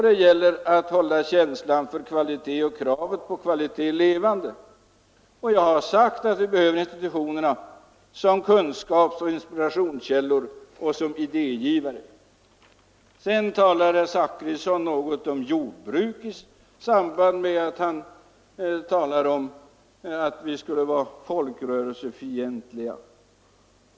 Det gäller att behålla känslan för kvalitet och kravet på kvalitet, och jag har sagt att vi behöver institutionerna som kunskapsoch inspirationskällor samt som idégivare. Herr Zachrisson talade något om jordbruk i samband med att han påstod att vi skulle vara folkrörelsefientliga.